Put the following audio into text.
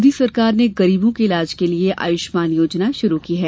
मोदी सरकार ने गरीबों के इलाज के लिये आयुष्मान योजना शुरू की है